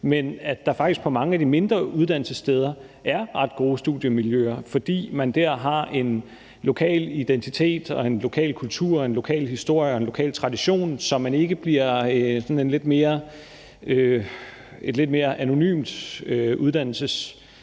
– at der faktisk på mange af de mindre uddannelsessteder er ret gode studiemiljøer, fordi man der har en lokal identitet og en lokal kultur og en lokal historie og en lokal tradition, så det ikke bliver et lidt mere anonymt uddannelsestilbud,